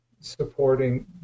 supporting